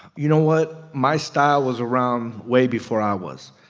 you know what? my style was around way before i was.